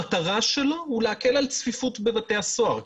המטרה שלו היא להקל את הצפיפות בבתי הסוהר.